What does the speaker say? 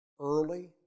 Early